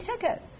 ticket